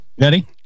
Ready